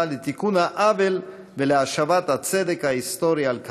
לתיקון העוול ולהשבת הצדק ההיסטורי על כנו.